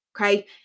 okay